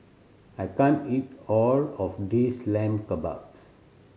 I can't eat all of this Lamb Kebabs